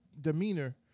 demeanor